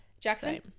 Jackson